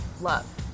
love